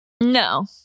No